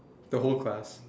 the whole class